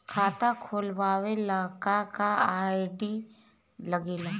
खाता खोलवावे ला का का आई.डी लागेला?